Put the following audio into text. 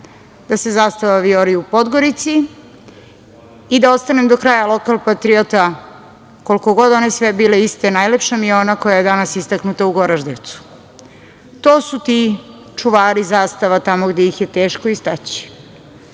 da se zastava vijori u Podgorici i da ostanem do kraja lokal-patriota, koliko god one svi bile iste, najlepša mi je ona koja je danas istaknuta u Goraždevcu. To su ti čuvari zastava tamo gde ih je teško istaći. Nije